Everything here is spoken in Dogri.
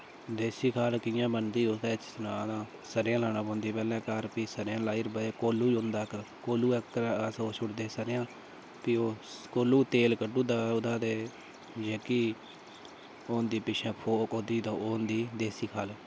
देसी खल कि'यां बनदी ओह्दे बिच सनांऽ तां सरेआं लाना पौंदी पैह्लें घर प्ही सरेआं लाइयै बाद कोह्ल्लू होंदा इक कोह्लुऐ अस ओह् छुड़दे स'रेआं प्ही ओह् कोह्ल्लू तेल कड्ढी ओड़दा ओह्दा ते जेह्की ओह् होंदी पिच्छें फोक ओह्दी तां ओह् होंदी देसी खल